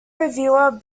reviewer